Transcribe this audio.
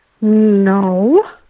No